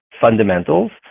fundamentals